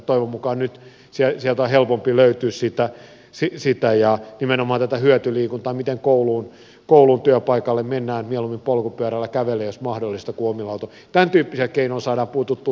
toivon mukaan nyt on helpompi löytää sitä ja nimenomaan hyötyliikuntaa kun kouluun työpaikalle mennään mieluummin polkupyörällä tai kävellen jos mahdollista kuin omilla autoilla